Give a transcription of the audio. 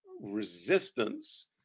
Resistance